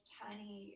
tiny